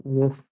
Yes